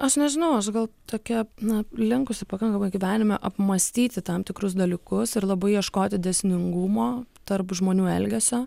aš nežinau gal tokia na linkusi pakankamai gyvenime apmąstyti tam tikrus dalykus ir labai ieškoti dėsningumo tarp žmonių elgesio